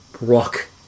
rock